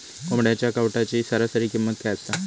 कोंबड्यांच्या कावटाची सरासरी किंमत काय असा?